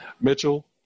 Mitchell